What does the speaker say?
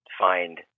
find